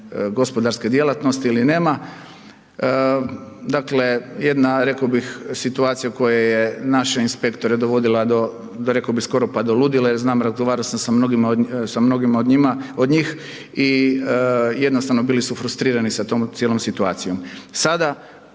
gospodarske djelatnosti ili nema. Dakle, jedna reko bih situacija u kojoj je naše inspektora dovodila, reko bih skoro pa do ludila, jer znam razgovarao sam sa mnogima od njima, od njih i jednostavno bili su frustrirani sa tom cijelom situacijom.